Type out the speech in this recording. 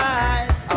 eyes